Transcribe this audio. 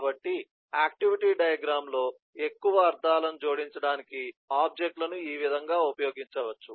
కాబట్టి activity diagram లో ఎక్కువ అర్థాలను జోడించడానికి ఆబ్జెక్ట్ లను ఈ విధంగా ఉపయోగించవచ్చు